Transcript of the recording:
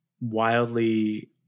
wildly